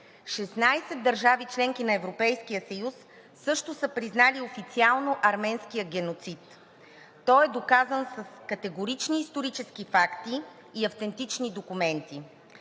държави – членки на Европейския съюз, също са признали официално арменския геноцид. Той е доказан с категорични исторически факти и автентични документи.